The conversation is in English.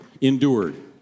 endured